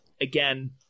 Again